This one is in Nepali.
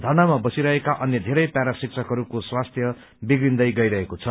घटनामा बसिरहेका अन्य धेरै प्यारा शिक्षकहरूको स्वास्थ्य बिग्रिन्दै गइरहेको छ